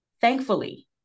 thankfully